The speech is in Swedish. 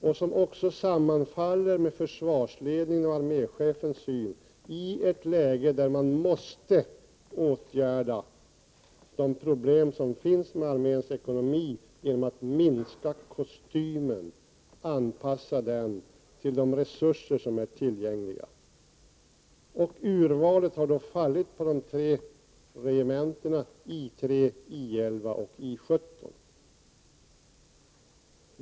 Den sammanfaller med försvarsledningens och arméchefens syn i ett läge då vi måste åtgärda de problem som finns med arméns ekonomi genom att minska kostymen och anpassa den till de resurser som är tillgängliga. Valet har fallit på de tre regementena I 3, I 11 och I 17.